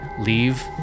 leave